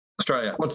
Australia